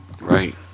right